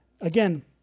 again